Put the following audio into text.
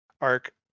arc